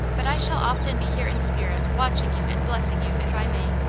but i shall often be here in spirit, watching you and blessing you, if i may.